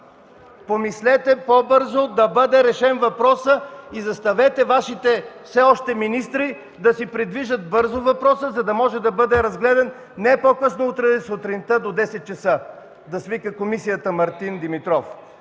помислете по-бързо да бъде решен въпросът. Заставете Вашите все още министри да си придвижат бързо въпроса, за да може да бъде разгледан не по-късно от утре сутрин, до 10,00 ч. – да свика комисията Мартин Димитров.